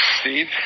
Steve